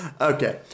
Okay